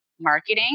marketing